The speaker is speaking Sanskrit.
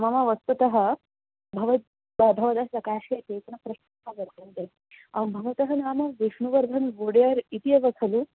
मम वस्तुतः भवत् भवतः सकाशे केचन प्रश्नाः वर्तन्ते भवतः नाम विष्णुवर्धन् बुडेर् इति एव खलु